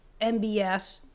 MBS